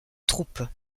troupes